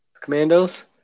Commandos